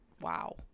wow